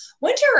winter